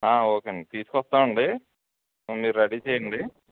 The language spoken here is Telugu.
ఓకే అండి తీసుకొస్తాం అండి మీరు రెడీ చేయండి